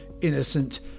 innocent